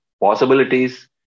possibilities